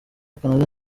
canada